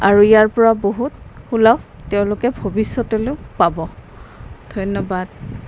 আৰু ইয়াৰপৰা বহুত সুলভ তেওঁলোকে ভৱিষ্যতলৈও পাব ধন্যবাদ